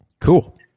Cool